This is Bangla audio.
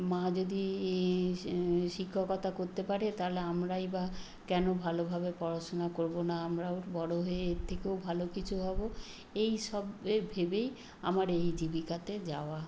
মা যদি শিক্ষকতা করতে পারে তাহলে আমরাই বা কেন ভালোভাবে পড়াশুনা করবো না আমারাও বড় হয়ে এর থেকেও ভালো কিছু হবো এইসব এ ভেবেই আমার এই জীবিকাতে যাওয়া